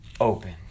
opened